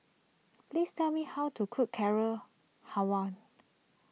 please tell me how to cook Carrot Halwa